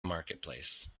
marketplace